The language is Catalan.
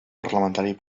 parlamentari